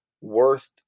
worth